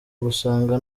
gusanga